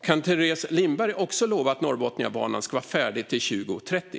Kan Teres Lindberg också lova att Norrbotniabanan ska vara färdig till 2030?